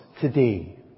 today